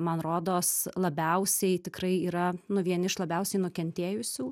man rodos labiausiai tikrai yra nu vieni iš labiausiai nukentėjusių